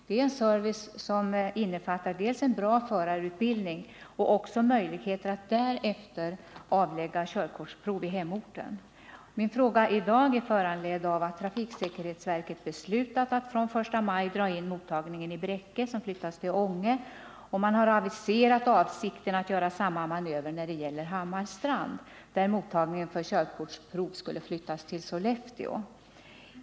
Det är en service som innefattar dels en bra förarutbildning, dels möjligheter att därefter avlägga körkortsprov på hemorten. Min fråga är föranledd av att trafiksäkerhetsverket beslutat att från den 1 maj dra in mottagningen i Bräcke, som flyttas till Ånge, och har aviserat avsikten att göra samma manöver när det gäller Hammarstrand, där mottagningen för körkortsprov skall flyttas till Sollefteå.